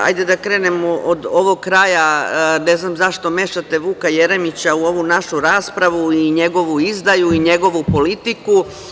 Hajde da krenemo od ovog kraja, ne znam zašto mešate Vuka Jeremića u ovu našu raspravu i njegovu izdaju i njegovu politiku.